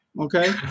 Okay